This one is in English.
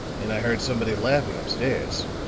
and i heard somebody laughing upstairs,